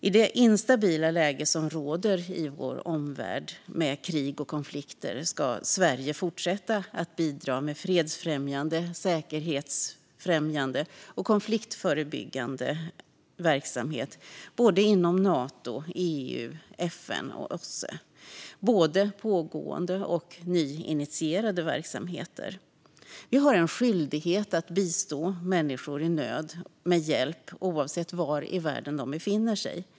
I det instabila läge som råder i vår omvärld, med krig och konflikter, ska Sverige fortsätta att bidra med fredsfrämjande, säkerhetsfrämjande och konfliktförebyggande verksamhet inom Nato, EU, FN och OSSE. Detta gäller både pågående och nyinitierade verksamheter. Vi har en skyldighet att bistå människor i nöd med hjälp oavsett var i världen de befinner sig.